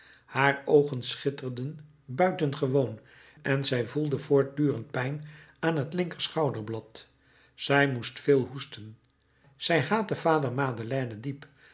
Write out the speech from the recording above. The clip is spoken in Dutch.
haar oogen schitterden buitengewoon en zij voelde voortdurend pijn aan het linker schouderblad zij moest veel hoesten zij haatte vader madeleine diep